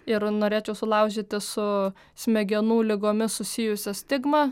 ir norėčiau sulaužyti su smegenų ligomis susijusią stigmą